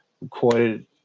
recorded